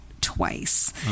twice